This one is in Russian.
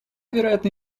вероятно